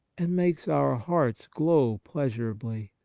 and makes our hearts glow pleasurably.